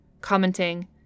commenting